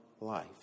life